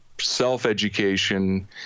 self-education